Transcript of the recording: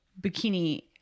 bikini